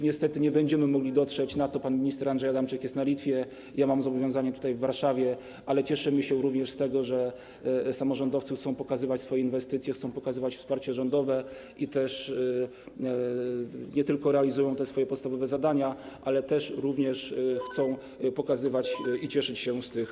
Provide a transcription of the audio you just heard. Niestety nie będziemy mogli dotrzeć, bo pan minister Andrzej Adamczyk jest na Litwie, ja mam zobowiązania tutaj, w Warszawie, ale cieszmy się również z tego, że samorządowcy chcą pokazywać swoje inwestycje, chcą pokazywać wsparcie rządowe i nie tylko realizują swoje podstawowe zadania, ale również chcą pokazywać te efekty i cieszyć się z nich.